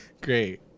Great